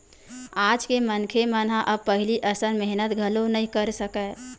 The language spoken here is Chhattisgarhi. आज के मनखे मन ह अब पहिली असन मेहनत घलो नइ कर सकय